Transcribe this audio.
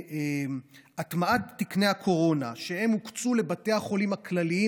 והטמעת תקני הקורונה שהוקצו לבתי החולים הכלליים,